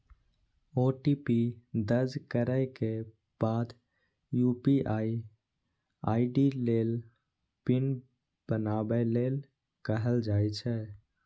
OTP दर्ज करै के बाद यू.पी.आई आई.डी लेल पिन बनाबै लेल कहल जाइ छै